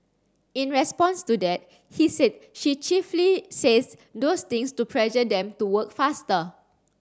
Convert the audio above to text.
in response to that he said she chiefly says those things to pressure them to work faster